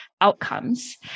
outcomes